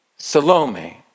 Salome